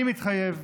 אני מתחייב,